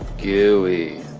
gooey